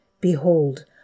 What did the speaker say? Behold